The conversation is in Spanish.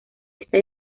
esta